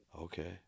Okay